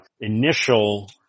initial